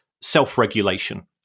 self-regulation